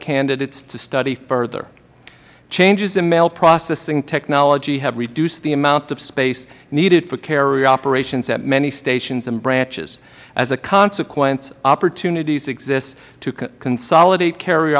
candidates to study further changes in mail processing technology have reduced the amount of space needed for carrier operations at many stations and branches as a consequence opportunities exist to consolidate carr